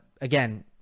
again